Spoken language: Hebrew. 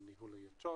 מניהול היתרות.